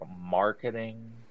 marketing